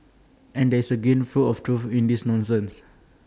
and there is A grain full of truth in this nonsense